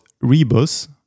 Rebus